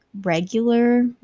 regular